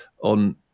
on